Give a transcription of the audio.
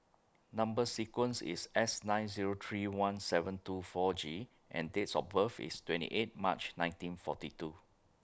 Number sequence IS S nine Zero three one seven two four G and Dates of birth IS twenty eight March nineteen forty two